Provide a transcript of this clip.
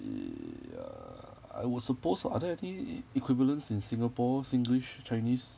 err ya I would suppose are there any equivalence in singapore singlish chinese